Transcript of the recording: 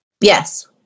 Yes